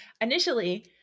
Initially